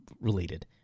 related